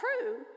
true